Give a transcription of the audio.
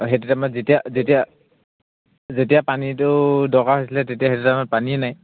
অঁ সেইটো টাইমত যেতিয়া যেতিয়া যেতিয়া পানীটো দৰকাৰ হৈছিলে তেতিয়া সেইটো টাইমত পানীয়ে নাই